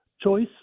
choice